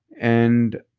and